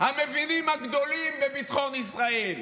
המבינים הגדולים בביטחון ישראל: